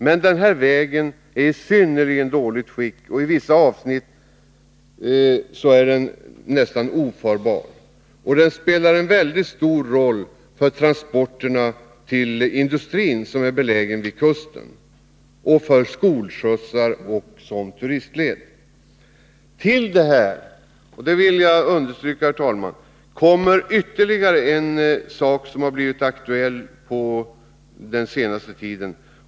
Denna väg är emellertid i synnerligen dåligt skick, i vissa avsnitt är den nästan ofarbar. Samtidigt spelar den en mycket stor roll för transporter till industrierna vid kusten, för skolskjutsar och som turistled. Till detta kommer — det vill jag, herr talman, understryka — en sak som har blivit aktuell den senaste tiden.